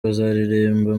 bazaririmba